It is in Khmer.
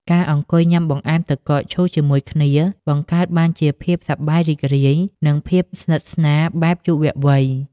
ការអង្គុយញ៉ាំបង្អែមទឹកកកឈូសជាមួយគ្នា បង្កើតបានជាភាពសប្បាយរីករាយ និងភាពស្និទ្ធស្នាលបែបយុវវ័យ។